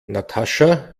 natascha